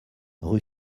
rue